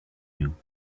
you